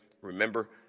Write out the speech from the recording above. remember